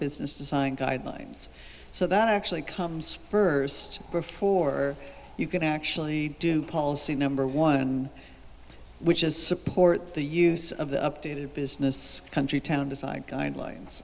business design guidelines so that actually comes first before you can actually do policy number one which is support the use of the updated business country town decide guidelines